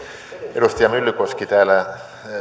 edustaja myllykoski täällä